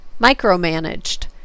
Micromanaged